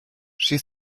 she